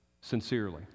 sincerely